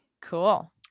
Cool